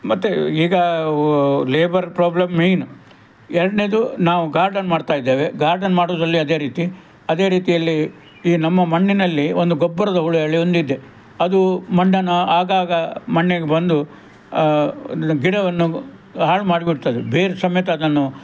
ಮತ್ತೆ ಈಗ labour problem main ಎರಡನೇದು ನಾವು ಗಾರ್ಡನ್ ಮಾಡ್ತಾ ಇದ್ದೇವೆ ಗಾರ್ಡನ್ ಮಾಡೋದ್ರಲ್ಲಿ ಅದೇ ರೀತಿ ಅದೇ ರೀತಿಯಲ್ಲಿ ಈ ನಮ್ಮ ಮಣ್ಣಿನಲ್ಲಿ ಒಂದು ಗೊಬ್ಬರದ ಹುಳ ಹೇಳಿ ಒಂದು ಇದೆ ಅದು ಮಣ್ಣನ್ನು ಆಗಾಗ ಮಣ್ಣಿಗೆ ಬಂದು ಅಂದರೆ ಗಿಡವನ್ನು ಹಾಳು ಮಾಡಿ ಬಿಡ್ತದೆ ಬೇರು ಸಮೇತ ಅದನ್ನು